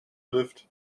lived